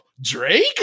Drake